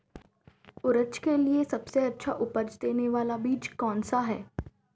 उड़द के लिए सबसे अच्छा उपज देने वाला बीज कौनसा है?